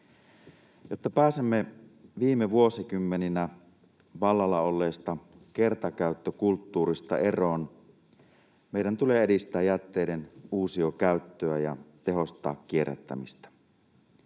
Jotta pääsemme viime vuosikymmeninä vallalla olleesta kertakäyttökulttuurista eroon, meidän tulee edistää jätteiden uusiokäyttöä ja tehostaa kierrättämistä.